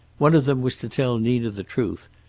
one of them was to tell nina the truth,